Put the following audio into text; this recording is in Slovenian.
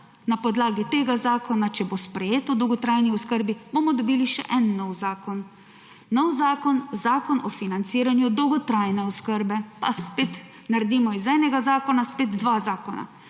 Na podlagi tega zakona, če bo sprejet, o dolgotrajni oskrbi, bomo dobili še en nov zakon – Zakon o financiranju dolgotrajne oskrbe. Pa spet naredimo iz enega zakona dva zakona.